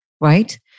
right